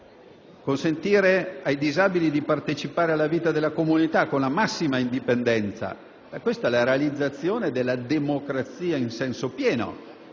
consentire ai disabili di partecipare alla vita della comunità con la massima indipendenza è proprio la realizzazione della democrazia in senso pieno